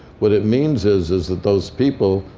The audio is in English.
what it means is is that those people,